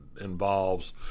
involves